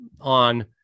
on